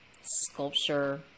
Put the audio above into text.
sculpture